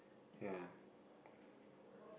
ya